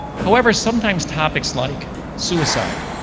however, sometimes topics like suicide,